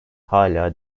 hâlâ